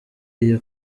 iyo